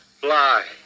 fly